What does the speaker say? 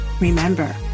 Remember